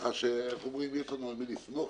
ככה שיש לנו על מי לסמוך,